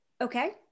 okay